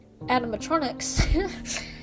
animatronics